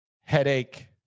headache